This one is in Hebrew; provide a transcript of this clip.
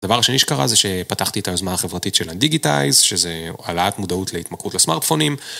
הדבר השני שקרה זה שפתחתי את היוזמה החברתית של הדיגיטייז שזה העלאת מודעות להתמכרות לסמארטפונים